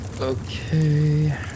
Okay